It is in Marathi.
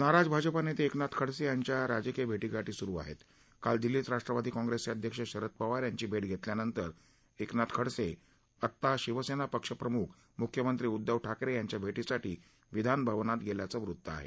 नाराज भाजपा नेते एकनाथ खडसे यांच्या राजकीय भेटीगाठी सुरु आहेत काल दिल्लीत राष्ट्रवादी काँप्रेसचे अध्यक्ष शरद पवार यांची भेट घेतल्यानंतर एकनाथ खडसे आत्ता शिवसेना पक्षप्रमुख मुख्यमंत्री उद्दव ठाकरे यांच्या भेटीसाठी विधानभवनात गेल्याचं वृत्त आहे